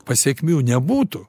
pasekmių nebūtų